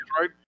right